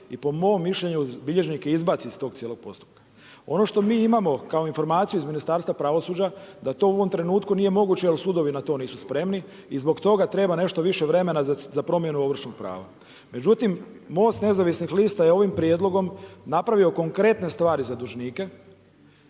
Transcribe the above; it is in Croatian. i po mom mišljenju bilježnike izbaci iz cijelog tog postupka. Ono što mi imamo kao informaciju iz Ministarstva pravosuđa da to u ovom trenutku nije moguće jel sudovi na to nisu spremni i zbog toga treba nešto više vremena za promjenu ovršnog prava. Međutim Most nezavisnih lista je ovim prijedlogom napravio konkretne stvari za dužnike,